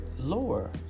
lower